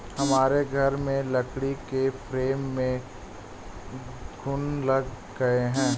हमारे घर में लकड़ी के फ्रेम में घुन लग गए हैं